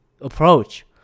approach